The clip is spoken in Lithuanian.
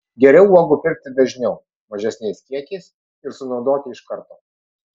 geriau uogų pirkti dažniau mažesniais kiekiais ir sunaudoti iš karto